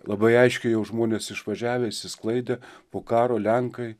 labai aiškiai jau žmonės išvažiavę išsisklaidę po karo lenkai